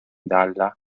dalla